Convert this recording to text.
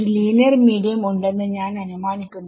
ഒരു linear medium ഉണ്ടെന്ന് ഞാൻ അനുമാനിക്കുന്നു